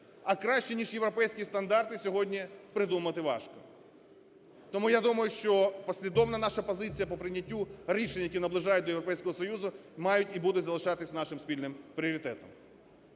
а краще ніж європейські стандарти сьогодні придумати важко. Тому, я думаю, що послідовна наша позиція по прийняттю рішень, які наближають до Європейського Союзу, мають і будуть залишатись нашим спільним пріоритетом.